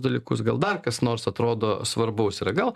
dalykus gal dar kas nors atrodo svarbaus yra gal